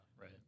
right